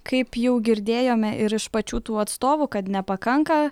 kaip jau girdėjome ir iš pačių tų atstovų kad nepakanka